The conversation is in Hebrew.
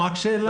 רק שאלה.